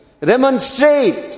Remonstrate